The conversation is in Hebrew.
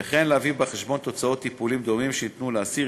וכן להביא בחשבון תוצאות טיפולים דומים שניתנו לאסיר,